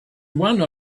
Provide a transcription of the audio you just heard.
one